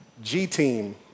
G-team